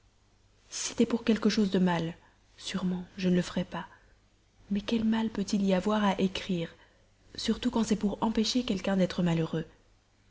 c'était pour quelque chose de mal sûrement je ne le ferais pas mais quel mal peut-il y avoir à écrire surtout quand c'est pour empêcher quelqu'un d'être malheureux